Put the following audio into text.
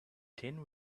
tin